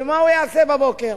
ומה הוא יעשה בבוקר,